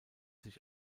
sich